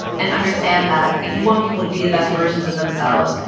and understand that if you want people to be the best versions of themselves,